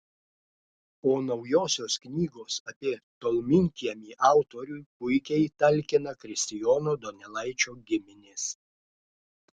o naujosios knygos apie tolminkiemį autoriui puikiai talkina kristijono donelaičio giminės